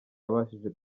yabashije